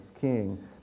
king